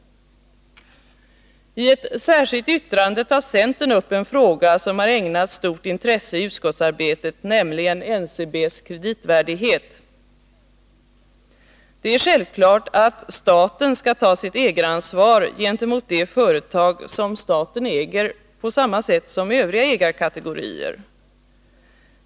I ett särskilt yttrande tar centern upp en fråga som har ägnats stort intresse i utskottsarbetet, nämligen NCB:s kreditvärdighet. Det är självklart att staten skall ta sitt ägaransvar gentemot de företag som staten äger, på samma sätt som Övriga ägarkategorier.